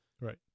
Right